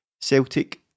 Celtic